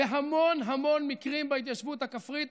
בהמון המון מקרים בהתיישבות הכפרית,